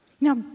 Now